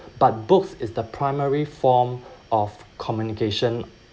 but books is the primary form of communication